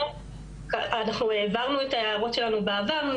אנחנו העברנו את ההערות שלנו בעבר,